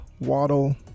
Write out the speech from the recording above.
Waddle